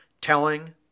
telling